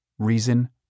reason